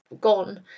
gone